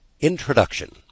Introduction